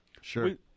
Sure